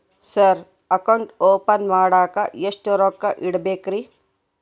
Sir account open ಮಾಡಾಕ ಎಷ್ಟು ರೊಕ್ಕ ಇಡಬೇಕ್ರಿ?